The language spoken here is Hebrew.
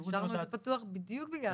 השארנו את זה פתוח בדיוק בגלל זה.